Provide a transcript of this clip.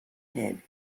head